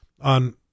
On